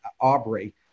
Aubrey